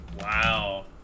Wow